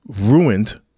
Ruined